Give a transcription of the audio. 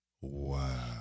Wow